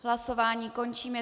Hlasování končím.